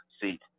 seat